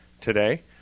today